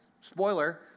spoiler